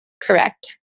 Correct